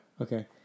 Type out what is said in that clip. Okay